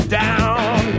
down